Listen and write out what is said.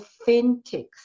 authentic